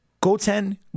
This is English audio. Goten